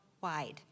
wide